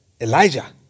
Elijah